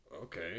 Okay